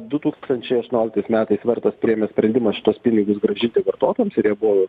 du tūkstančiai aštnioliktais metais vertas priėmė sprendimą šituos pinigus grąžinti vartotojams ir jie buvo